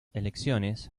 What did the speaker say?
elecciones